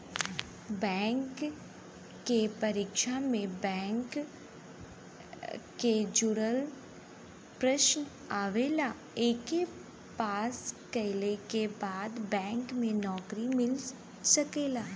bank के परीक्षा में बैंक से जुड़ल प्रश्न आवला एके पास कइले के बाद बैंक में नौकरी मिल सकला